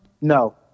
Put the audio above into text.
No